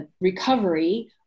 recovery